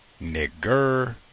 nigger